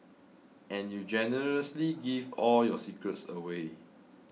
and you generously give all your secrets away